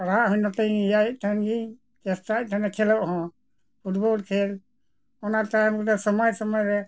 ᱯᱟᱲᱦᱟᱜ ᱦᱩᱭ ᱱᱚᱛᱮᱧ ᱤᱭᱟᱹᱭᱮᱫ ᱛᱟᱦᱮᱱ ᱜᱤᱧ ᱪᱮᱥᱴᱟᱭᱮᱫ ᱛᱟᱦᱮᱱᱟ ᱠᱷᱮᱞᱳᱜ ᱦᱚᱸ ᱯᱷᱩᱴᱵᱚᱞ ᱠᱷᱮᱞ ᱚᱱᱟ ᱛᱟᱭᱚᱢ ᱨᱮᱫ ᱥᱚᱢᱚᱭ ᱥᱚᱢᱚᱭ ᱨᱮ